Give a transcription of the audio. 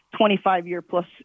25-year-plus